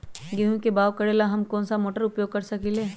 गेंहू के बाओ करेला हम कौन सा मोटर उपयोग कर सकींले?